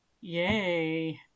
Yay